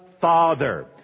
Father